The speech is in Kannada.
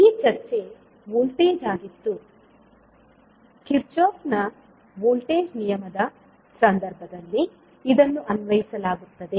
ಈ ಚರ್ಚೆ ವೋಲ್ಟೇಜ್ ಗಾಗಿತ್ತು ಕಿರ್ಚಾಫ್ನ ವೋಲ್ಟೇಜ್ Kirchoff's voltage ನಿಯಮದ ಸಂದರ್ಭದಲ್ಲಿ ಇದನ್ನು ಅನ್ವಯಿಸಲಾಗುತ್ತದೆ